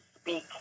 speak